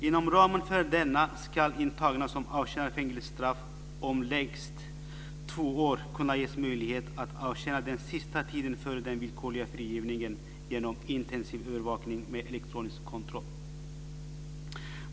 Inom ramen för denna ska intagna som avtjänar fängelsestraff om längst två år kunna ges möjlighet att avtjäna den sista tiden före den villkorliga frigivningen genom intensivövervakning med elektronisk kontroll.